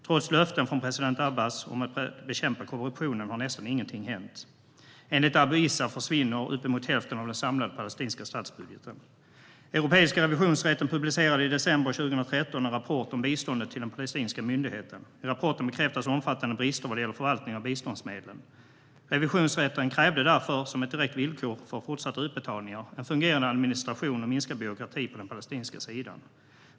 Trots löften från president Abbas om att bekämpa korruptionen har nästan ingenting hänt. Enligt Abu Issa försvinner uppemot hälften av den samlade palestinska statsbudgeten. Europeiska revisionsrätten publicerade i december 2013 en rapport om biståndet till den palestinska myndigheten. I rapporten bekräftas omfattande brister vad gäller förvaltningen av biståndsmedlen. Revisionsrätten krävde därför, som ett direkt villkor för fortsatta utbetalningar, en fungerande administration och minskad byråkrati på den palestinska sidan.